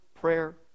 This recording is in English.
prayer